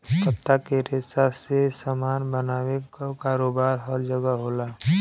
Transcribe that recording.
पत्ता के रेशा से सामान बनावे क कारोबार हर जगह होला